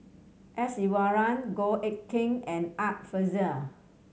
S Iswaran Goh Eck Kheng and Art Fazil